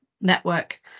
network